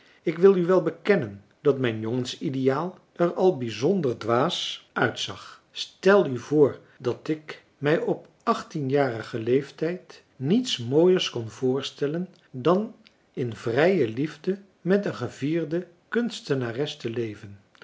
ik wil u wel bekennen dat mijn jongens ideaal er al bijzonder dwaas uitzag stel u voor dat ik mij op achttienjarigen leeftijd niets mooiers kon voorstellen dan in vrije liefde met een gevierde kunstenares te leven